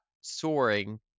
soaring